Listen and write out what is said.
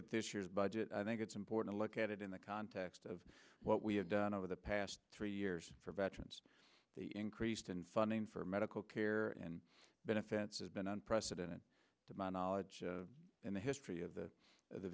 year's budget i think it's important to look at it in the context of what we have done over the past three years for veterans the increased in funding for medical care and benefits has been unprecedented to my knowledge and the history